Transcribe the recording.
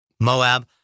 Moab